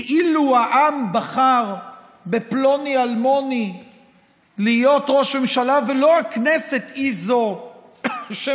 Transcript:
כאילו העם בחר בפלוני-אלמוני להיות ראש ממשלה ולא הכנסת היא שממנה,